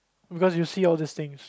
because you see all this things